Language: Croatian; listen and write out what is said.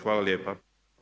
Hvala lijepo.